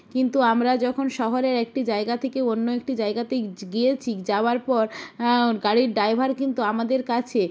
কিন্তু আমরা যখন শহরের একটি জায়গা থেকে অন্য একটি জায়গাতে গিয়েছি যাওয়ার পর গাড়ির ড্রাইভার কিন্তু আমাদের কাছে